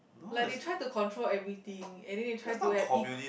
like they try to control everything and then they try to have equal